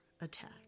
attack